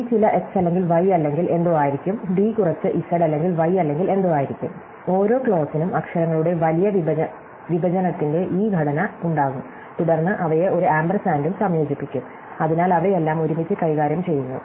C ചില x അല്ലെങ്കിൽ y അല്ലെങ്കിൽ എന്തോ ആയിരിക്കും D കുറച്ച് z അല്ലെങ്കിൽ y അല്ലെങ്കിൽ എന്തോ ആയിരിക്കും ഓരോ ക്ലോസിനും അക്ഷരങ്ങളുടെ വലിയ വിഭജനത്തിന്റെ ഈ ഘടന ഉണ്ടാകും തുടർന്ന് അവയെ ഒരു ആമ്പർസാൻഡും സംയോജിപ്പിക്കും അതിനാൽ അവയെല്ലാം ഒരുമിച്ച് കൈകാര്യം ചെയ്യുന്നു